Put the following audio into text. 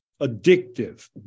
addictive